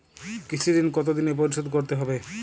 কৃষি ঋণ কতোদিনে পরিশোধ করতে হবে?